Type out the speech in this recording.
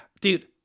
dude